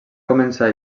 començar